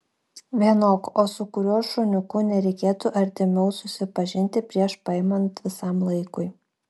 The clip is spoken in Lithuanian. vienok o su kuriuo šuniuku nereikėtų artimiau susipažinti prieš paimant visam laikui